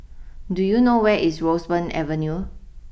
do you know where is Roseburn Avenue